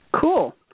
Cool